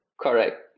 Correct